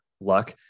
luck